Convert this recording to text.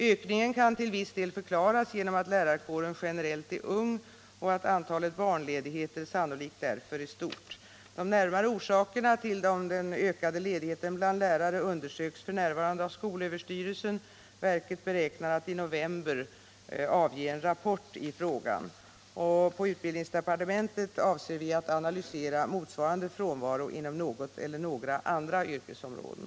Ökningen kan till viss del förklaras av att lärarkåren generellt är ung och att antalet barnledigheter sannolikt därför är stort. De närmare orsakerna till det ökade antalet ledigheter bland lärarna undersöks f. n. av skolöverstyrelsen. Verket beräknar att i november avge en rapport i frågan. På utbildningsdepartementet avser vi att analysera motsvarande frånvaro inom något eller några andra yrkesområden.